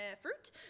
fruit